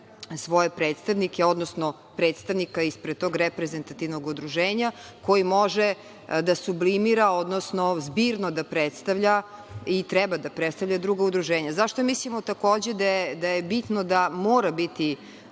svoje predstavnike, odnosno predstavnika ispred tog reprezentativnog udruženja koji može da sublimira, odnosno zbirno da predstavlja i treba da predstavlja druga udruženja.Zašto mislimo takođe da je bitno da mora biti